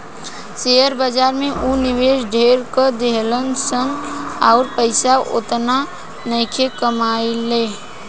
share बाजार में ऊ निवेश ढेर क देहलस अउर पइसा ओतना नइखे कमइले